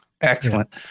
Excellent